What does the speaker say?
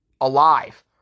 alive